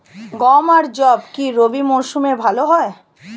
গম আর যব কি রবি মরশুমে ভালো হয়?